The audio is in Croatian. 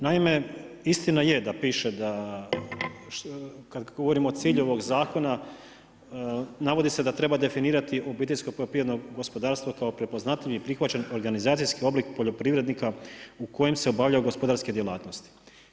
Naime, istina je da piše da, kada govorimo o cilju ovoga zakona navodi se da treba definirati obiteljsko poljoprivredno gospodarstvo kao prepoznatljiv i prihvaćen organizacijski oblik poljoprivrednika u kojem se obavljaju gospodarske djelatnosti.